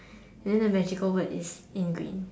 and then the magical word is in green